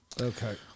Okay